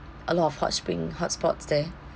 a lot of hot spring hotspots there